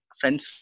friends